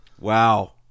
Wow